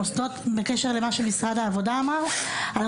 רציתי גם לדבר על המוסדות - בקשר למה שמשרד העבודה אמר - שהם